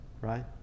right